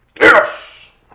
Yes